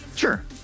Sure